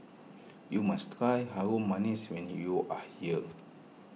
you must try Harum Manis when you are here